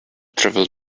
travel